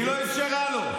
היא לא אפשרה לו.